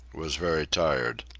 was very tired.